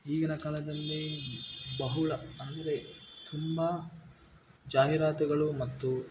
ಈಗಿನ ಕಾಲದಲ್ಲಿ ಬಹುಳ ಅಂದರೆ ತುಂಬ ಜಾಹೀರಾತುಗಳು ಮತ್ತು